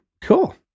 Cool